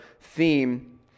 theme